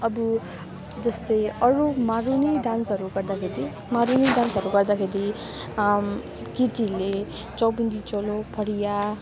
अब जस्तै अरू मारुनी डान्सहरू गर्दाखेरि मारुनी डान्सहरू गर्दाखेरि केटीहरूले चौबन्दी चोलो फरिया